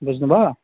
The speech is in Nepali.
बुझ्नुभयो